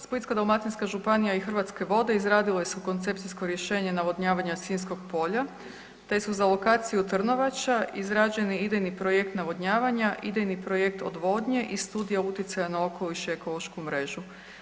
Splitsko-dalmatinska županija i Hrvatske vode izradile su koncepcijsko rješenje navodnjavanja Sinjskog polja te su za lokaciju Trnovača izrađeni idejni projekt navodnjavanja, idejni projekt odvodnje i studija utjecaja na okoliš i ekološku mrežu.